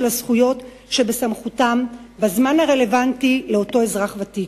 הזכויות שבסמכותן בזמן הרלוונטי לאותו אזרח ותיק.